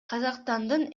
казакстандын